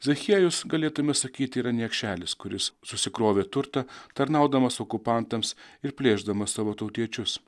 zachiejus galėtumėme sakyti yra niekšelis kuris susikrovė turtą tarnaudamas okupantams ir plėšdamas savo tautiečius